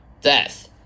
Death